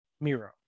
Miro